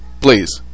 Please